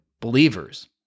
believers